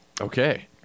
Okay